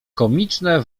komiczne